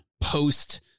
post